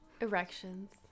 Erections